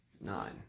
nine